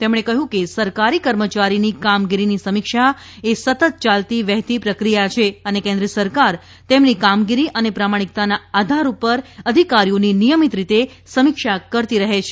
તેમણે કહ્યું કે સરકારી કર્મચારીની કામગીરીની સમીક્ષાએ સતત યાલતી વહેતી પ્રક્રિયા છે અને કેન્દ્ર સરકાર તેમની કામગીરી અને પ્રમાણિકતાના આધાર ઉપર અધિકારીઓની નિયમિત રીતે સમીક્ષા કરતી રહે છે